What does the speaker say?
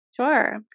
Sure